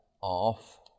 off